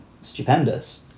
stupendous